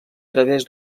través